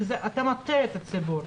אתה מטעה את הציבור.